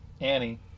Annie